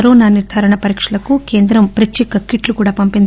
corona నిర్దారణ పరీక్షలకు కేంద్రం ప్రత్యేక కిట్లు కూడా పంపింది